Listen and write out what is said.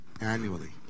annually